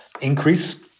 increase